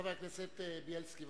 חבר הכנסת בילסקי,